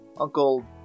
Uncle